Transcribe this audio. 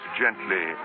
gently